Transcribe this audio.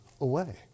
away